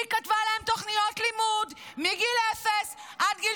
היא כתבה להם תוכניות לימוד מגיל אפס עד גיל